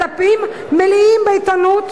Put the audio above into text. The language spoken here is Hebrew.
דפים מלאים בעיתונות